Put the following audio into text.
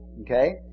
Okay